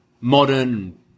modern